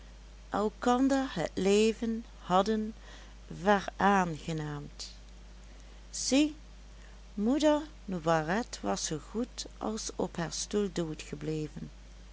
elkander het leven hadden veraangenaamd zie moeder noiret was zoo goed als op haar stoel doodgebleven